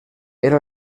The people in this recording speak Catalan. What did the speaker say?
era